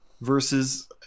versus